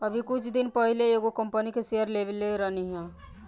अभी कुछ दिन पहिलवा एगो कंपनी के शेयर लेले रहनी